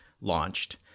launched